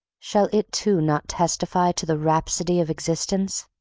shall it too not testify to the rhapsody of existence?